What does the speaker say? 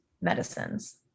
medicines